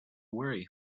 worry